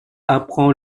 apprend